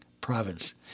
Province